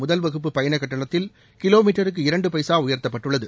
முதல்வகுப்பு பயணக் கட்டணத்தில் கிலோ மீட்டருக்கு இரண்டு பைசா உயர்த்தப்பட்டுள்ளது